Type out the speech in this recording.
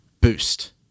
boost